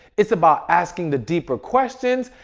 it's about asking the deeper questions.